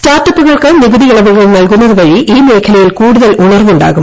സ്റ്റാർട്ടപ്പുകൾക്ക് നികുതി ഇളവുകൾ ഇൽകുന്നതു വഴി ഈ മേഖലയിൽ കൂടുതൽ ഉണർവുണ്ടാകും